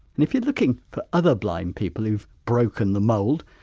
and if you're looking for other blind people who've broken the mould,